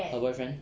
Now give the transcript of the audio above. her boyfriend